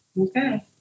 Okay